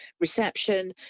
reception